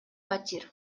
батир